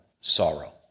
sorrow